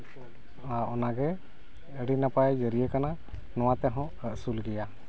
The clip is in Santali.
ᱟᱨ ᱚᱱᱟᱜᱮ ᱟᱹᱰᱤ ᱱᱟᱯᱟᱭ ᱡᱟᱹᱨᱤᱭᱟᱹ ᱠᱟᱱᱟ ᱱᱚᱣᱟ ᱛᱮᱦᱚᱸ ᱟᱹᱥᱩᱞ ᱜᱮᱭᱟ